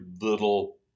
little